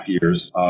years